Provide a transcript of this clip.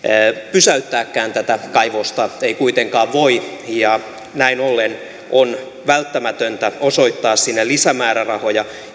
pysäyttääkään tätä kaivosta ei kuitenkaan voi ja näin ollen on välttämätöntä osoittaa sinne lisämäärärahoja